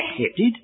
accepted